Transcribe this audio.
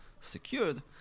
secured